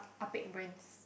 Ah Pek brands